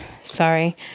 sorry